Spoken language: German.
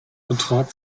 vertrag